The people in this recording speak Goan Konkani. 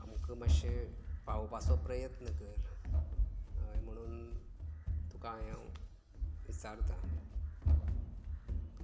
आमकां मातशें पावोवपाचो प्रयत्न कर हय म्हुणून तुका हें हांव विचारतां